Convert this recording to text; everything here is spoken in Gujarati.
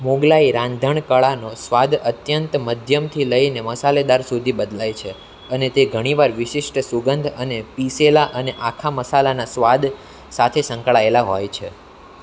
મુગલાઈ રાંધણકળાનો સ્વાદ અત્યંત મધ્યમથી લઈને મસાલેદાર સુધી બદલાય છે અને તે ઘણીવાર વિશિષ્ટ સુગંધ અને પીસેલા અને આખા મસાલાના સ્વાદ સાથે સંકળાયેલા હોય છે